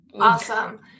awesome